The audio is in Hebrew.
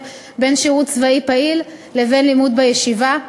של שירות צבאי פעיל ולימוד בישיבה.